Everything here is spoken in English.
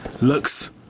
Looks